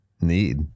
need